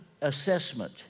assessment